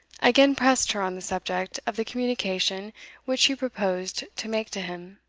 again pressed her on the subject of the communication which she proposed to make to him.